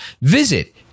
visit